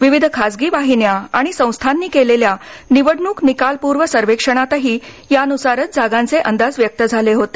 विविध खासगी वाहिन्या आणि संस्थांनी केलेल्या निवडणूक निकालपूर्व सर्वेक्षणातही यानुसारच जागांचे अंदाज व्यक्त झाले होते